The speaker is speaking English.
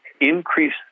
increase